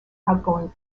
outgoing